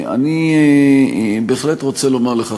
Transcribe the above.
אני בהחלט רוצה לומר לך,